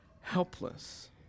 helpless